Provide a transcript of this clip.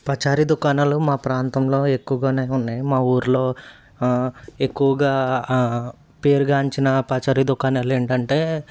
పచారి దుకాణాలు మా ప్రాంతంలో ఎక్కువగానే ఉన్నాయి మా ఊర్లో ఎక్కువగా పేరుగాంచిన పచారి దుకాణాలు ఏంటంటే